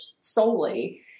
solely